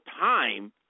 time